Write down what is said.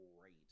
great